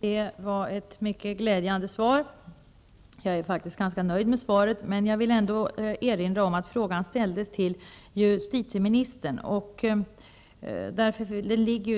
Herr talman! Det var ett mycket glädjande svar, och jag är faktiskt ganska nöjd med det. Jag vill ändå erinra om att frågan ställdes till justitieministern och att den